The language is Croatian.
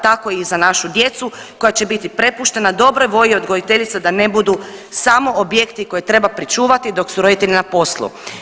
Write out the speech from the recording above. Tako i za našu djecu koja će biti prepuštena dobroj volji odgojiteljica da ne budu samo objekti koje treba pričuvati dok su roditelji na poslu.